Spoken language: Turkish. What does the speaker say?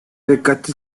dikkati